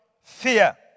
fear